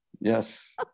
yes